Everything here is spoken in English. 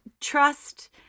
trust